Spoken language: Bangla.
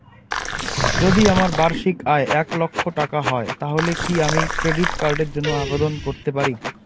যদি আমার বার্ষিক আয় এক লক্ষ টাকা হয় তাহলে কি আমি ক্রেডিট কার্ডের জন্য আবেদন করতে পারি?